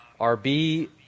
RB